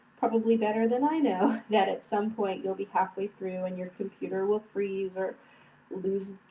probably better than i know, that at some point you'll be halfway through and your computer will freeze or lose,